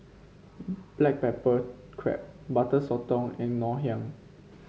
Black Pepper Crab Butter Sotong and Ngoh Hiang